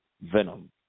venom